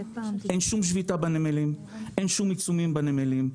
אין שום שביתה בנמלים, אין שום עיצומים בנמלים.